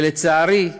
לצערי,